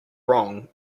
wrong